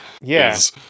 Yes